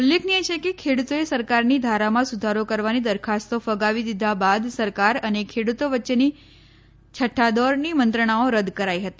ઉલ્લેખનિય છે કે ખેડૂતોએ સરકારની ધારામાં સુધારો કરવાની દરખાસ્તો ફગાવી દીધા બાદ સરકાર અને ખેડૂતો વચ્ચેની છઠ્ઠા દોરની મંત્રણાઓ રદ કરાઈ હતી